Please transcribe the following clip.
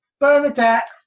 Bernadette